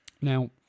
Now